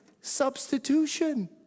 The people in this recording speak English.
Substitution